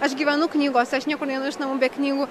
aš gyvenu knygose aš niekur neinu iš namų be knygų